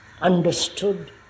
understood